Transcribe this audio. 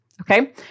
okay